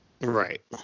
Right